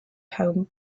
home